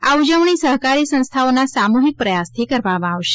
આ ઉજવણી સહકારી સંસ્થાઓના સામૂહિક પ્રયાસથી કરવામાં આવશે